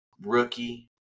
rookie